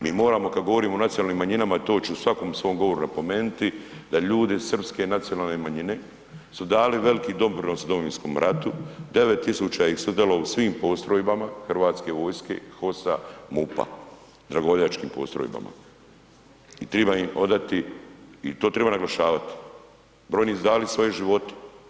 Mi moramo kad govorimo o nacionalnim manjinama, to ću u svakom svom govoru napomenuti, da ljudi srpske nacionalne manjine su dali veliki doprinos Domovinskom ratu, 9000 ih je sudjelovalo u svim postrojbama HV-a, HOS-a, MUP-a, dragovoljačkim postrojbama i triba im odati i to triba naglašavati, brojni su dali svoje živote.